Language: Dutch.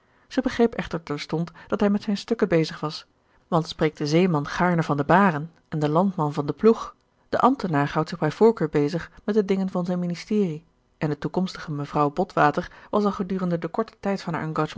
zij begreep echter terstond dat hij met zijne stukken bezig was want spreekt de zeeman gaarne van de baren en de landman van de ploeg de ambtenaar houdt zich bij voorkeur bezig met de dingen van zijn ministerie en de toekomstige mevrouw botwater was al gedurende den korten tijd van